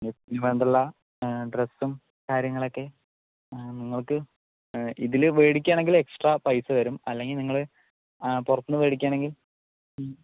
ഡ്രെസ്സും കാര്യങ്ങളൊക്കെ നിങ്ങൾക്ക് ഇതില് മേടിക്കുവാണെങ്കില് എക്സ്ട്രാ പൈസ വരും അല്ലെങ്കിൽ നിങ്ങള് പുറത്തുന്ന് മേടിക്കുവാണെങ്കില്